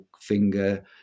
finger